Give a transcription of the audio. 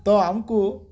ତ ଆମକୁ